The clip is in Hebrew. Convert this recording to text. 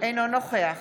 אינו נוכח